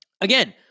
Again